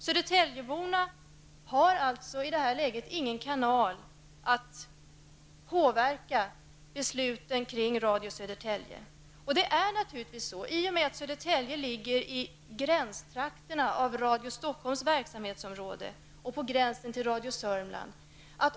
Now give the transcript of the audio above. Södertäljeborna har alltså i detta läge ingen kanal för att påverka besluten om Radio Södertälje. Förklaringen är naturligtvis den att Södertälje ligger i gränstrakterna av Radio Stockholms verksamhetsområde och på gränsen till Radio Sörmland.